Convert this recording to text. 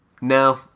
No